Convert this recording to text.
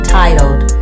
titled